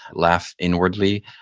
laugh inwardly.